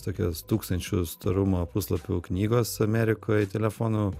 tokios tūkstančių storumo puslapių knygos amerikoj telefonų